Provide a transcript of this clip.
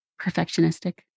perfectionistic